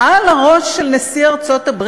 על הראש של נשיא ארצות-הברית,